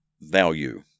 value